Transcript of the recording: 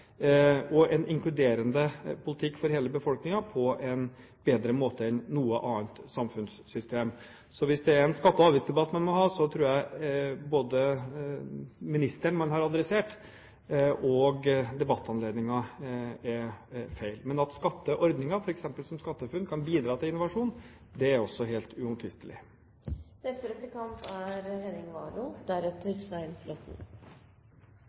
en inkluderende politikk for hele befolkningen på en bedre måte enn noe annet samfunnssystem. Hvis det er en skatte- og avgiftsdebatt man må ha, tror jeg både ministeren man har adressert, og debattanledningen er feil. Men at skatteordninger som f.eks. SkatteFUNN kan bidra til innovasjon, er også helt